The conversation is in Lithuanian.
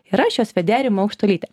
ir aš jos vedėja rima aukštuolytė